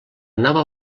nova